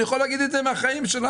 אני יכול להגיד את זה מהחיים שלנו,